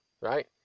right